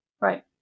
Right